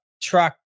Truck